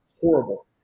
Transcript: Horrible